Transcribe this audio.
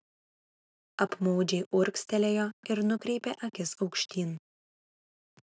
apmaudžiai urgztelėjo ir nukreipė akis aukštyn